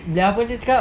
apa dia cakap